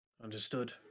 Understood